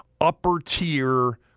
upper-tier